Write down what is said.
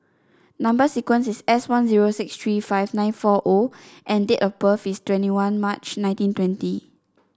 number sequence is S one zero six three five nine four O and date of birth is twenty one March nineteen twenty